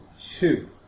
two